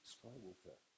Skywalker